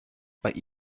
bei